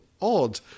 odd